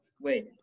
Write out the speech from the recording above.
wait